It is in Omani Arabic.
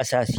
أساسي.